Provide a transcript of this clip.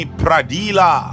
pradila